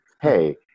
Hey